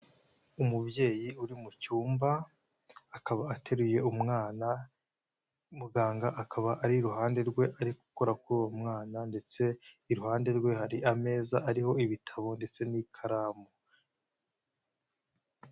Umubyeyi uri mu cyumba akaba ateruye umwana, muganga akaba ari iruhande rwe ari gukora kuri uwo mwana, ndetse iruhande rwe hari ameza ariho ibitabo ndetse n'ikaramu.